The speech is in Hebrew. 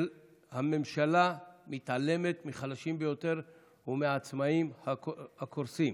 הממשלה מתעלמת מהחלשים ביותר ומהעצמאים הקורסים,